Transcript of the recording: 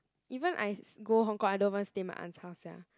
even I go Hong Kong I don't even stay my aunt's house sia